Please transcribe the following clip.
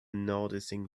noticing